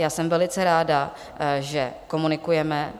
Já jsem velice ráda, že komunikujeme.